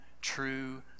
true